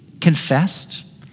confessed